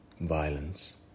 violence